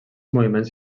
moviments